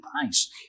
price